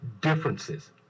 differences